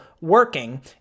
working